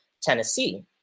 Tennessee